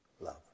love